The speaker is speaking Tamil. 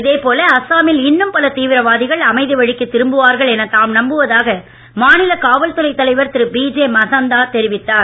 இதேபோல அசாமில் இன்னும் பல தீவிரவாதிகள் அமைதி வழிக்கு திரும்புவார்கள் என தாம் நம்புவதாக மாநில காவல் துறை தலைவர் திரு பி ஜே மகந்தா தெரிவித்தார்